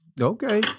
Okay